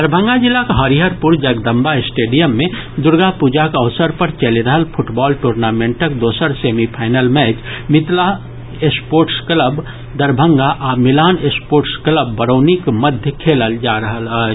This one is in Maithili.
दरभंगा जिलाक हरिहरपुर जगदम्बा स्टेडियम मे दुर्गापूजाक अवसर पर चलि रहल फुटबॉल टूर्नामेंटक दोसर semifinal match Mithila sports club Darbhanga आ मिलान स्पोर्टिंग क्लब बरौनीक मध्य खेलल जा रहल अछि